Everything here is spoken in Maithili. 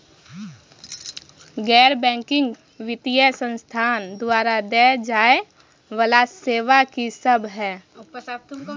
गैर बैंकिंग वित्तीय संस्थान द्वारा देय जाए वला सेवा की सब है?